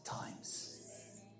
times